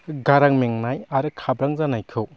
गारां मेंनाय आरो खाब्रां जानायखौ